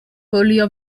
polio